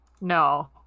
No